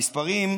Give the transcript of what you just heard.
המספרים,